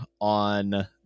on